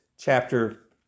chapter